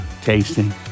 tasting